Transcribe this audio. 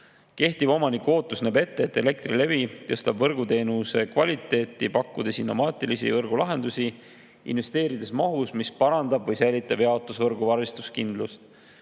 Kehtiv omaniku ootus näeb ette, et Elektrilevi tõstab võrguteenuse kvaliteeti, pakkudes innovaatilisi võrgulahendusi, investeerides mahus, mis parandab või säilitab jaotusvõrgu varustuskindlust,